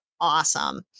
awesome